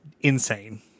insane